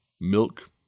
Milk